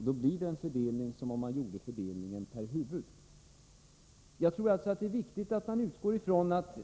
Då blir det som om man gjorde fördelningen per huvud.